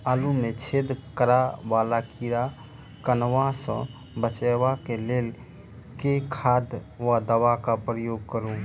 आलु मे छेद करा वला कीड़ा कन्वा सँ बचाब केँ लेल केँ खाद वा दवा केँ प्रयोग करू?